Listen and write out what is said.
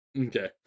Okay